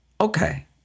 Okay